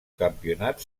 campionat